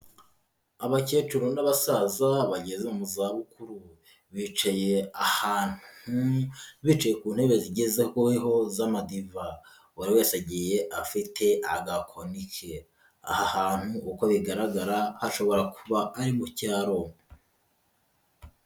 Abakecuru n'abasaza bageze mu za bukuru, bicaye ahantu bicaye ku ntebe zigezweho z'amadiva, buri wese agiye afite agakoni ke, aha hantu uko bigaragara hashobora kuba ari mu cyaro.